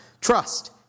Trust